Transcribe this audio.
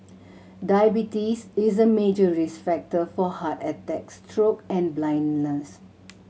diabetes is a major risk factor for heart attacks stroke and blindness